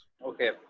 Okay